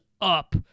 up